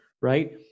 right